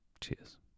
Cheers